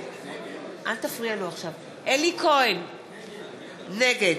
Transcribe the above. אלי כהן, נגד